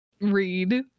read